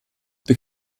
the